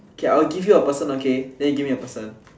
okay I will give you a person okay than you give me a person